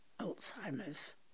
Alzheimer's